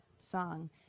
song